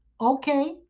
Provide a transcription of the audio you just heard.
Okay